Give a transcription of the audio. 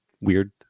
weird